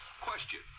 Question